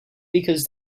because